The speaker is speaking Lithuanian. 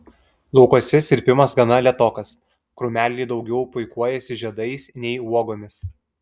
laukuose sirpimas gana lėtokas krūmeliai daugiau puikuojasi žiedais nei uogomis